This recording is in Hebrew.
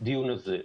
לדיון הזה.